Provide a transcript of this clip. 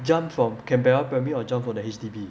jump from canberra primary or jump from the H_D_B